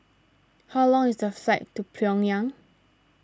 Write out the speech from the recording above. how long is the flight to Pyongyang